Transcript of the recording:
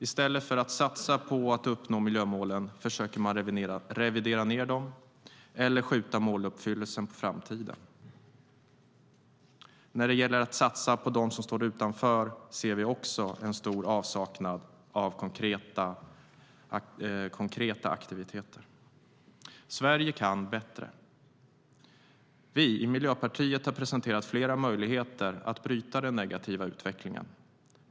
I stället för att satsa på att uppnå miljömålen försöker man revidera ned dem eller skjuta måluppfyllelsen på framtiden. När det gäller att satsa på dem som står utanför ser vi också en stor avsaknad av konkreta aktiviteter. Sverige kan bättre. Vi i Miljöpartiet har presenterat flera möjligheter att bryta den negativa utvecklingen.